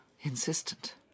insistent